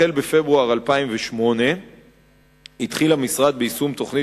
בפברואר 2008 התחיל המשרד ביישום תוכנית